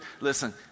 listen